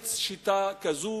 לאמץ שיטה כזאת,